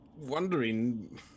wondering